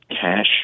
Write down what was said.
cash